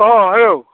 अ hello